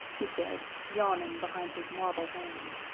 he said, yawning behind his marble hand.